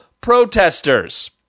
protesters